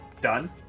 done